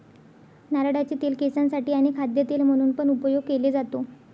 नारळाचे तेल केसांसाठी आणी खाद्य तेल म्हणून पण उपयोग केले जातो